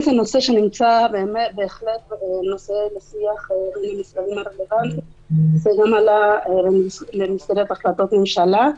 שנמצא בהחלט בשיח בין המשרדים הרלוונטיים במסגרת החלטות ממשלה.